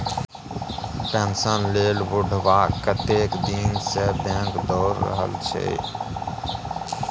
pension लेल बुढ़बा कतेक दिनसँ बैंक दौर रहल छै